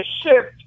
shift